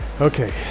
Okay